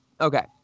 okay